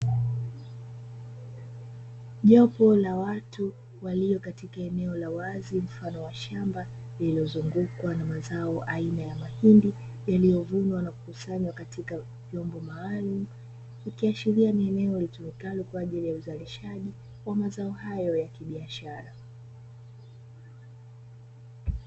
Jopo la watu walio katika eneo la wazi mfano wa shamba lililozungukwa na mazao aina ya mahindi yaliyovunwa na kukusanywa katika vyombo maalumu, ikiashiria kuwa ni eneo litumikalo kwa ajili ya uzalishaji wa mazao hayo ya kibiashara.